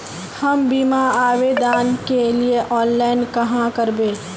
हम बीमा आवेदान के लिए ऑनलाइन कहाँ करबे?